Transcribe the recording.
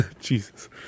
Jesus